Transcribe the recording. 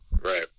Right